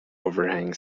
overhang